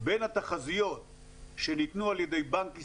בין התחזיות שניתנו על ידי בנק ישראל,